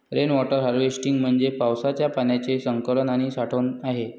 rain water harvesting म्हणजे पावसाच्या पाण्याचे संकलन आणि साठवण आहे